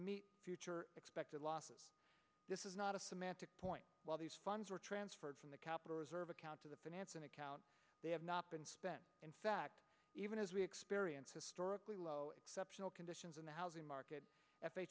meet future expected losses this is not a semantic point while these funds were transferred from the capital reserve account to the finance and account they have not been spent in fact even as we experience historically low exceptional conditions in the housing market